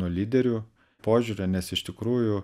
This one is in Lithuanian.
nuo lyderių požiūrio nes iš tikrųjų